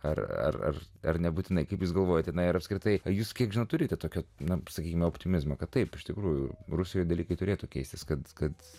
ar ar nebūtinai kaip jūs galvojate na ir apskritai jūs kiek turite tokio na sakykime optimizmo kad taip iš tikrųjų rusijoje dalykai turėtų keistis kad kad